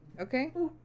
Okay